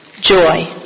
joy